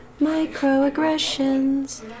Microaggressions